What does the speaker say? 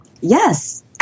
Yes